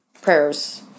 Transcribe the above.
prayers